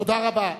תודה רבה.